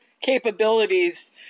capabilities